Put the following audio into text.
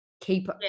keep